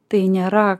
tai nėra